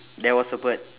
there was a bird